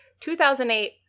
2008